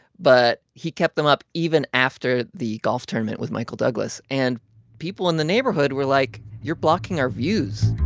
but he kept them up even after the golf tournament with michael douglas. and people in the neighborhood were like, you're blocking our views